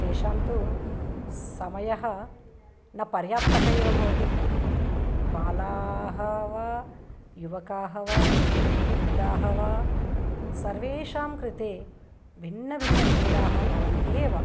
तेषां तु समयः न पर्याप्तः एव भवति बालाः वा युवकाः वा वृद्धाः वा सर्वेषां कृते भिन्नभिन्नक्रीडाः भवन्ति एव